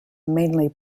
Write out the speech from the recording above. mainly